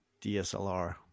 DSLR